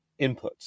inputs